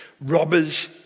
Robbers